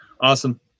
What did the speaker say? Awesome